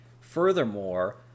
Furthermore